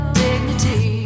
dignity